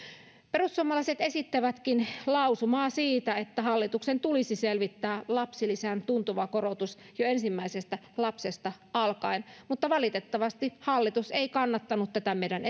perussuomalaiset esittävätkin lausumaa siitä että hallituksen tulisi selvittää lapsilisään tuntuva korotus jo ensimmäisestä lapsesta alkaen valitettavasti hallitus ei kannattanut tätä meidän